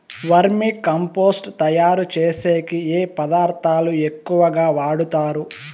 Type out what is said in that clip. వర్మి compost తయారుచేసేకి ఏ పదార్థాలు ఎక్కువగా వాడుతారు